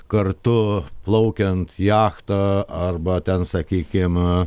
kartu plaukiant jachta arba ten sakykim